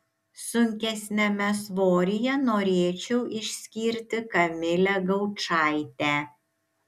sunkesniame svoryje norėčiau išskirti kamilę gaučaitę